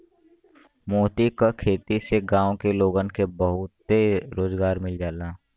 मोती क खेती से गांव के लोगन के बहुते रोजगार मिल जाला